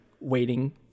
waiting